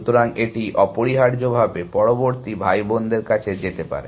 সুতরাং এটি অপরিহার্যভাবে পরবর্তী ভাইবোনদের কাছে যেতে পারে